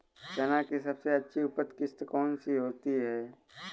चना की सबसे अच्छी उपज किश्त कौन सी होती है?